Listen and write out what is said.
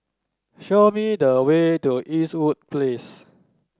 show me the way to Eastwood Place